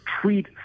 treat